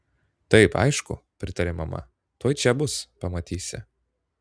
taip aišku pritarė mama tuoj čia bus pamatysi